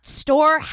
store